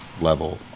level